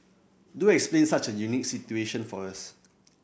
do explain such a unique situation for us